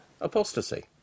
apostasy